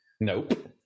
Nope